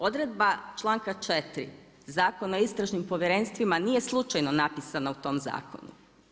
Odredba čl.4. Zakona o istražnim povjerenstvima nije slučajno napisana u tom zakonu.